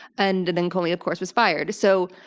and then comey of course was fired. so,